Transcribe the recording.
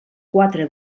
quatre